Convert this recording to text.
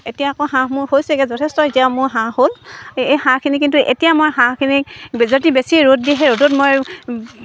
এতিয়া আকৌ হাঁহ মোৰ হৈছেগৈ যথেষ্ট এতিয়া মোৰ হাঁহ হ'ল এই হাঁহখিনি কিন্তু এতিয়া মই হাঁহখিনিক বে যদি বেছি ৰ'দ দিহে ৰ'দত মই